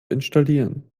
installieren